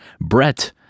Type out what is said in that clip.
Brett